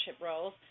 roles